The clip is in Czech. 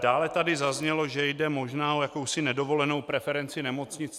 Dále tady zaznělo, že jde možná o jakousi nedovolenou preferenci nemocnic.